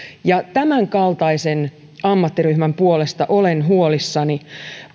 tämänkaltaisen ammattiryhmän puolesta olen huolissani